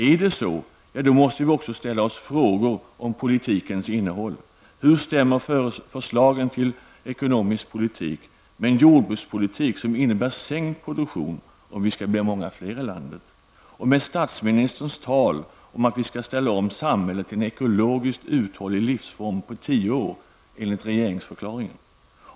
Är det så, ja, då måste vi också ställa oss frågor om politikens innehåll: Hur överenstämmer förslagen till ekonomisk politik med en jordbrukspolitik som innebär sänkt produktion om vi skall bli många fler i landet och med statsministerns tal om att vi skall ställa om samhället till en ekologiskt uttålig livsform på tio år enligt regeringsförklaringen?